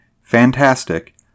Fantastic